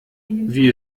wie